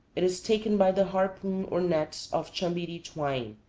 it is taken by the harpoon or nets of chambiri twine.